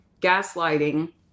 gaslighting